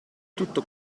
tutto